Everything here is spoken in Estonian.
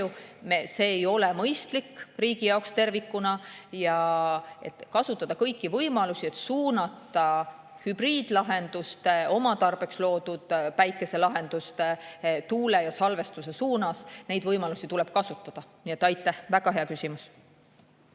See ei ole mõistlik riigi jaoks tervikuna. Tuleb kasutada kõiki võimalusi, et suunata hübriidlahenduste, oma tarbeks loodud päikeselahenduste, tuule[lahenduste] ja salvestuse suunas. Neid võimalusi tuleb kasutada. Nii et aitäh! Väga hea küsimus.